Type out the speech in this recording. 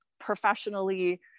professionally